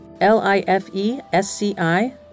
L-I-F-E-S-C-I